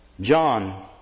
John